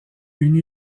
une